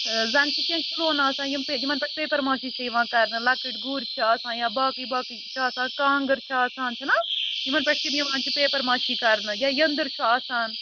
زَن تہِ کیٚںٛہہ کھِلونہٕ آسان یِم یِمَن پٮ۪ٹھ پیپَر ماشی چھِ یِوان کَرنہٕ لۅکٕٹۍ گُرۍ چھِ آسان یا باقٕے باقٕے چھِ آسان کانٛگٕر چھِ آسان چھِنا یِمَن پٮ۪ٹھ تِم یِوان چھِ پیپَر ماشی کَرنہٕ یا یٔنٛدٕر چھُ آسان